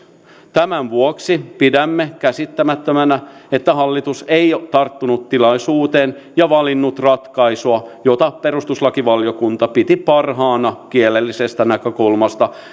tämän vuoksi pidämme käsittämättömänä että hallitus ei ole tarttunut tilaisuuteen ja valinnut ratkaisua jota perustuslakivaliokunta piti parhaana kielellisestä näkökulmasta